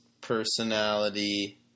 personality